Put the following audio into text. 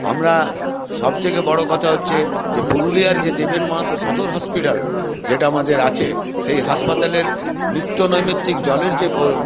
আমরা সবথেকে বড়ো কথা হচ্ছে যে পুরুলিয়ার যে দেবেন মাহাতো সদর হসপিটাল যেটা আমাদের আছে সেই হাসপাতালের নিত্যনৈমিত্তিক জলের যে